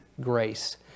grace